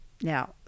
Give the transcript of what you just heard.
Now